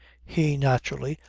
he, naturally,